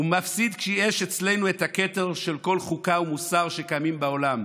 הוא מפסיד כשיש אצלנו את הכתר של כל חוקה ומוסר שקיימים בעולם.